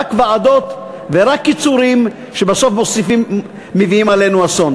רק ועדות ורק קיצורים שבסוף מביאים עלינו אסון.